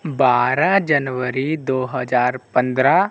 बारह जनवरी दो हज़ार पंद्रह